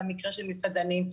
במקרה של מסעדנים,